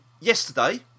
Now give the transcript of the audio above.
yesterday